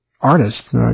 artist